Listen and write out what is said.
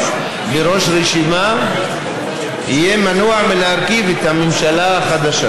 בראש רשימה יהיה מנוע מלהרכיב את הממשלה החדשה,